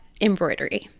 embroidery